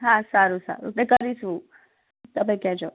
હા સારું સારું એ કરીશું તમે કહેજો